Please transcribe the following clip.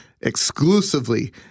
exclusively